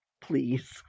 Please